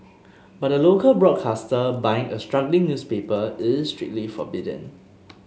but a local broadcaster buying a struggling newspaper is strictly forbidden